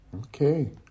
Okay